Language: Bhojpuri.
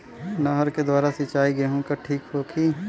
नहर के द्वारा सिंचाई गेहूँ के ठीक होखि?